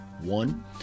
one